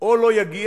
או לא יגיע